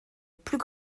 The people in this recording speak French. plus